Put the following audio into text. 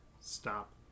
stop